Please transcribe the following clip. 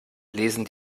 lesen